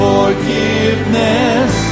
Forgiveness